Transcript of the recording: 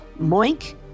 Moink